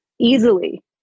easily